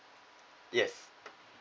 yes